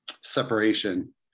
separation